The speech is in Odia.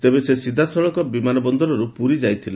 ତେବେ ସେ ସିଧାସଳଖ ବିମାନ ବନ୍ଦରରୁ ପୁରୀ ଯାଇଥିଲେ